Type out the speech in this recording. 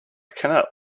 cannot